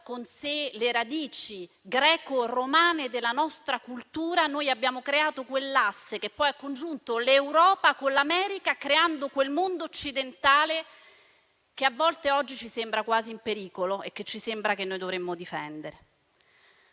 con sé le radici greco-romane della nostra cultura, noi abbiamo costruito quell'asse che poi ha congiunto l'Europa con l'America, creando quel mondo occidentale che, a volte, ci sembra quasi in pericolo e che ci sembra noi dovremmo difendere.